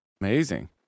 Amazing